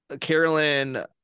Carolyn